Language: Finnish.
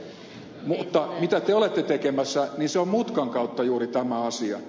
mutta se mitä te olette tekemässä on mutkan kautta juuri tämä asia